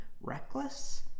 reckless